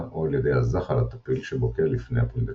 או על ידי הזחל הטפיל שבוקע לפני הפונדקאי.